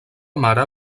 mare